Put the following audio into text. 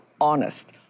honest